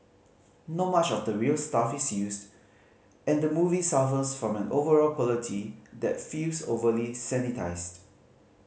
not much of the real stuff is used and the movie suffers from an overall quality that feels overly sanitised